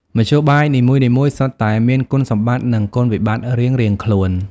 មធ្យោបាយនីមួយៗសុទ្ធតែមានគុណសម្បត្តិ និងគុណវិបត្តិរៀងៗខ្លួន។